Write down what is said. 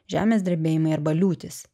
žemės drebėjimai arba liūtys